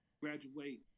graduate